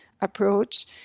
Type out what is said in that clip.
approach